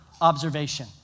observation